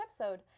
episode